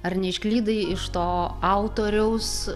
ar neišklydai iš to autoriaus